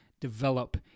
develop